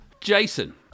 Jason